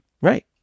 Right